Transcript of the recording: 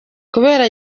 kubera